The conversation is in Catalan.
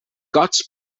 gots